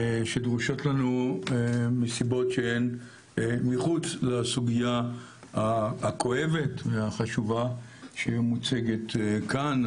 שדרושות לנו מסיבות שהן מחוץ לסוגייה הכואבת והחשובה שמוצגת כאן.